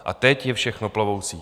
A teď je všechno plovoucí.